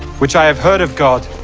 which i have heard of god.